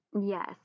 Yes